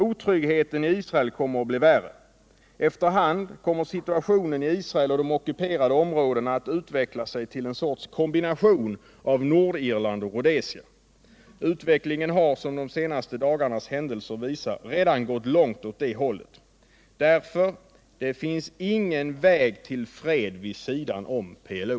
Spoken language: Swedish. Otryggheten i Israel kommer att bli allt värre. Efter hand kommer situationen i Israel och de ockuperade områdena att utveckla sig till en sorts kombination av Nordirland och Rhodesia. Utvecklingen har — som de senaste dagarnas händelser visar — redan gått långt åt det hållet. Därför finns det ingen väg till fred vid sidan av PLO.